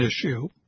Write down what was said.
issue